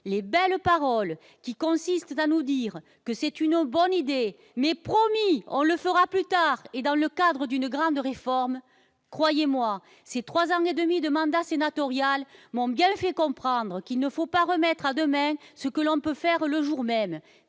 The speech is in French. de belles paroles, qui consistent à nous dire que « c'est une bonne idée mais, promis, on le fera plus tard et dans le cadre d'une grande réforme ». Croyez-moi, ces trois ans et demi de mandat sénatorial m'ont bien fait comprendre qu'il ne faut pas remettre au lendemain ce que l'on peut faire le jour même